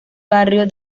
barrio